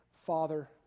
Father